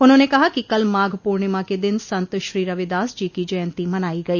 उन्होंने कहा कि कल माघ पूर्णिमा के दिन संत श्री रविदास जी की जयंती मनाई गई